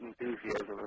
enthusiasm